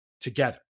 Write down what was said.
together